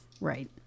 right